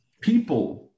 people